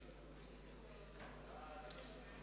נא להצביע.